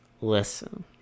Listen